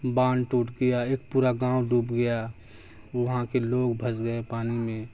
باندھ ٹوٹ گیا ایک پورا گاؤں ڈوب گیا وہاں کے لوگ پھنس گئے پانی میں